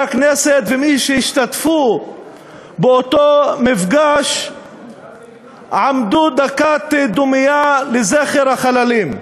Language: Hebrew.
הכנסת ומי שהשתתפו באותו מפגש עמדו דקת דומייה לזכר החללים.